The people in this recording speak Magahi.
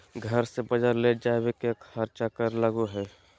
घर से बजार ले जावे के खर्चा कर लगो है?